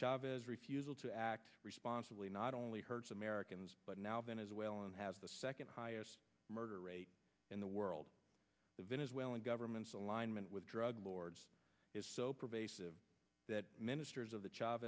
chavez refusal to act responsibly not only hurts americans but now then as well and has the second highest murder rate in the world the venezuelan government's alignment with drug lords is so pervasive that ministers of the ch